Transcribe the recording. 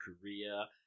Korea